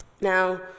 Now